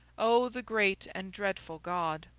o, the great and dreadful god